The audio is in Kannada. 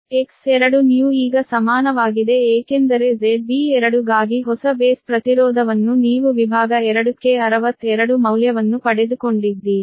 X2new ಈಗ ಸಮಾನವಾಗಿದೆ ಏಕೆಂದರೆ ZB2 ಗಾಗಿ ಹೊಸ ಬೇಸ್ ಪ್ರತಿರೋಧವನ್ನು ನೀವು ವಿಭಾಗ 2 ಕ್ಕೆ 62 ಮೌಲ್ಯವನ್ನು ಪಡೆದುಕೊಂಡಿದ್ದೀರಿ